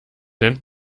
nennt